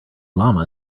llama